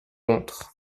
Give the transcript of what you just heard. contre